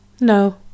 No